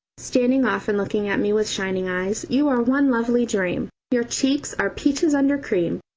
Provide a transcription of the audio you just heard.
standing off and looking at me with shining eyes, you are one lovely dream. your cheeks are peaches under cream,